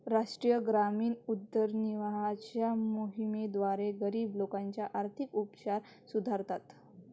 राष्ट्रीय ग्रामीण उदरनिर्वाहाच्या मोहिमेद्वारे, गरीब लोकांचे आर्थिक उपचार सुधारतात